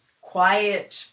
quiet